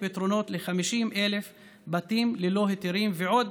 פתרונות ל-50,000 בתים ללא היתרים ועוד